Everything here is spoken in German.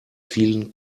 vielen